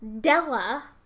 Della